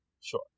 sure